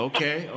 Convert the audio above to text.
Okay